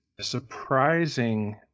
surprising